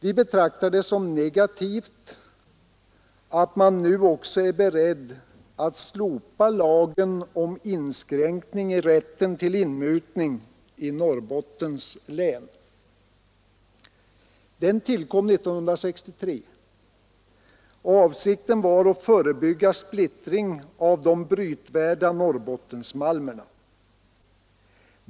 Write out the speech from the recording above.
Vi betraktar det som negativt att man nu också är beredd att slopa lagen om inskränkning i rätten till inmutning i Norrbottens län. Den tillkom 1963 i avsikt att förebygga splittring av de brytvärda norrbottensmalmerna.